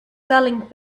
selling